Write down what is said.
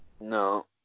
No